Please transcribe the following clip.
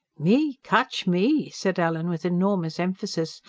me? catch me! said ellen, with enormous emphasis.